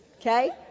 Okay